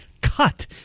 Cut